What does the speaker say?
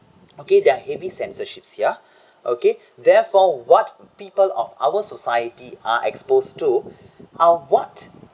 okay that heavy censorship here okay therefore what people of our society are exposed to are what